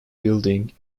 building